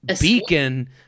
beacon